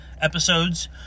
episodes